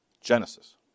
Genesis